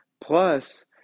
Plus